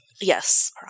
Yes